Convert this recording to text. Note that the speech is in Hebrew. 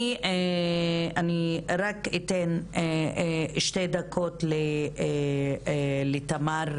אני רק אתן שתי דקות לתמר